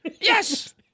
Yes